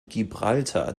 gibraltar